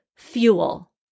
fuel